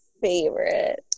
favorite